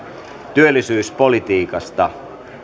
työllisyyspolitiikasta